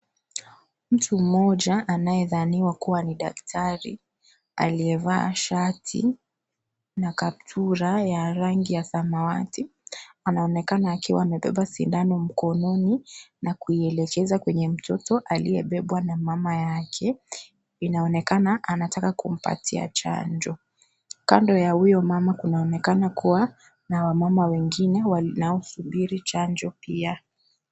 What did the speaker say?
Mtu mmoja, anayethaniwa kuwa ni daktari, aliye vaa shati na kaptura ya rangi ya samawati, anaonekana akiwa amebeba sindano mkononi, na kuielekeza kwenye mtoto aliye bebwa na mama yake, inaonekana anataka kumpatia chanjo, kando ya huyo mama kunaonekana kuwa, na wamama wengine wanaosubiri chanjo pia.